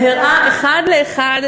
והראה אחד לאחד,